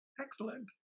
Excellent